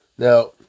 Now